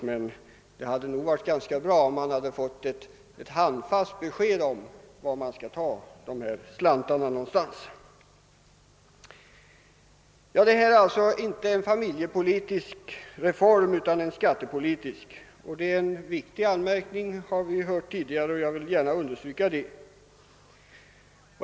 Men det hade varit bra om vi redan nu fått ett besked om varifrån slantarna skall tas. Detta är som sagt inte en familjepolitisk utan en skattepolitisk reform. Det är en viktig anmärkning — det har vi hört tidigare, och jag vill gärna understryka det.